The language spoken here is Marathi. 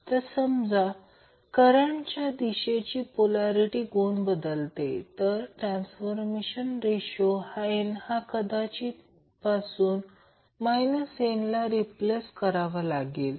तर समजा करंटच्या दिशेची पोल्यारिटी गुण बदलले तर ट्रान्सफॉर्मरचा रेशो n हा कदाचित पासून n ला रिप्लेस करावा लागेल